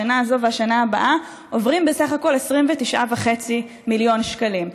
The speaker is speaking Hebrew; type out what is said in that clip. השנה הזו והשנה הבאה עוברים בסך הכול 29.5 מיליון שקלים.